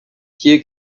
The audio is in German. hier